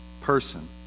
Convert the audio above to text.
person